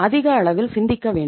அதிக அளவில் சிந்திக்கவேண்டும்